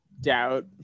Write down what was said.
doubt